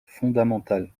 fondamental